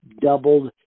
doubled